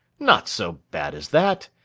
not so bad as that.